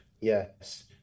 Yes